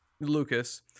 Lucas